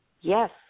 Yes